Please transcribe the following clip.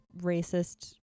racist